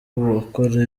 abakora